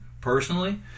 personally